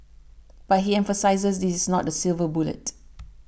but he emphasises this is not a silver bullet